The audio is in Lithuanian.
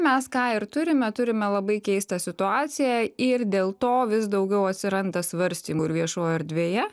mes ką ir turime turime labai keistą situaciją ir dėl to vis daugiau atsiranda svarstymų ir viešojoj erdvėje